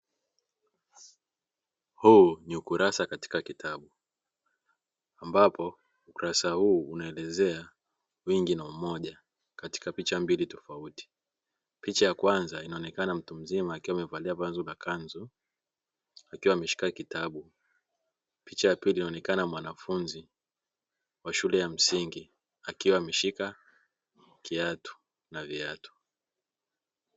Huu ni ukurasa katika kitabu, ambapo ukurasa huu unaelezea wingi na umoja katika picha mbili tofauti, picha ya kwanza inaonekana mtu mzima akiwa amevalia vazi la kanzu akiwa ameshika kitabu, picha ya pili inaonekana mwanafunzi wa shule ya msingi akiwa ameshika kiatu na viatu.